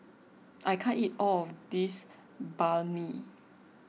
I can't eat all of this Banh Mi